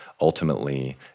ultimately